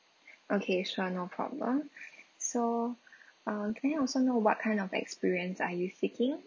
okay sure no problem so uh can I also know what kind of experience are you seeking